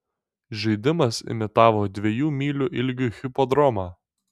žaidimas imitavo dviejų mylių ilgio hipodromą